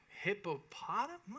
hippopotamus